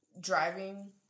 Driving